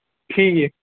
ٹھیٖک